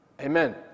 Amen